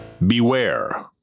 Beware